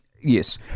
Yes